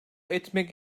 etmek